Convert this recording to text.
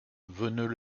veneux